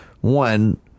one